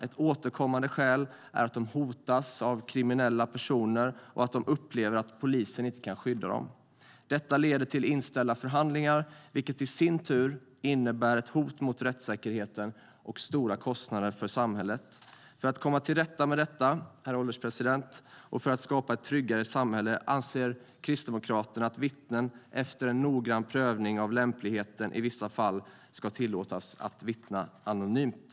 Ett återkommande skäl är att de hotas av kriminella personer och att de upplever att polisen inte kan skydda dem. Detta leder till inställda förhandlingar, vilket i sin tur innebär ett hot mot rättssäkerheten och stora kostnader för samhället. För att komma till rätta med detta, herr ålderspresident, och för att skapa ett tryggare samhälle anser Kristdemokraterna att vittnen, efter en noggrann prövning av lämpligheten i vissa fall, ska tillåtas att vittna anonymt.